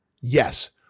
Yes